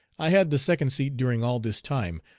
i had the second seat during all this time,